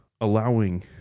allowing